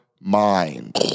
mind